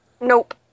Nope